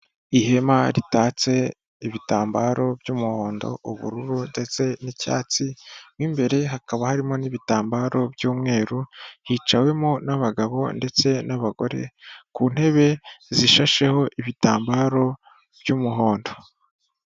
Ihema ritatse ibitambaro by'umuhondo, ubururu ndetse n'icyatsi, mo imbere hakaba harimo n'ibitambaro by'umweru, hicawemo n'abagabo ndetse n'abagore ku ntebe zishasheho ibitambaro by'umuhondo.